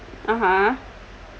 (uh huh)